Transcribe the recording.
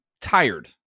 tired